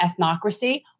ethnocracy